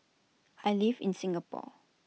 I live in Singapore